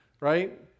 right